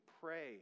pray